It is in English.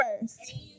first